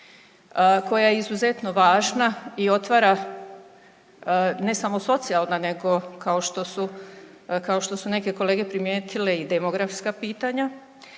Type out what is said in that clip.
koja je izuzetno važna i otvara ne samo socijalna nego kao što su, kao što su neke kolege primijetile i demografska pitanja